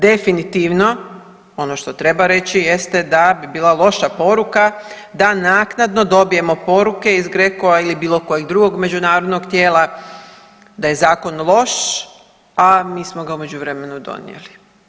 Definitivno ono što treba reći jeste da bi bila loša poruka da naknadno dobijemo poruke iz GRECO-a ili bilo kojeg drugog međunarodnog tijela da je zakon loš, a mi smo ga u međuvremenu donijeli.